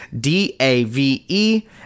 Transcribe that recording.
D-A-V-E